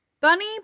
Bunny